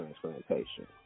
transplantation